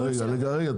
רגע,